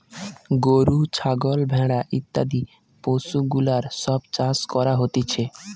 গরু, ছাগল, ভেড়া ইত্যাদি পশুগুলার সব চাষ করা হতিছে